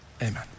Amen